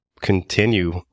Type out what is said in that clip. continue